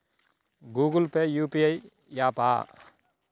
Google Pay UPI య్యాపా?